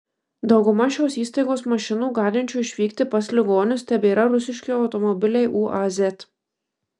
dauguma šios įstaigos mašinų galinčių išvykti pas ligonius tebėra rusiški automobiliai uaz